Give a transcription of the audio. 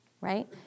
right